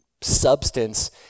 substance